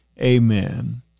Amen